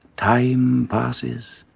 time passes.